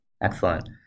Excellent